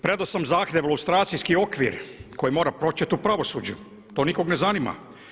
Predao sam zahtjev za lustracijski okvir koji mora početi u pravosuđu, to nikog ne zanima.